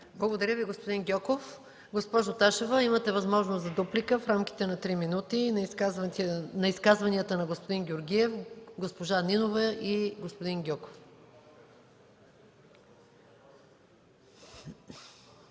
Благодаря Ви, господин Гьоков. Госпожо Ташева, имате възможност за дуплика в рамките на три минути на репликите на господин Георгиев, госпожа Нинова и господин Гьоков.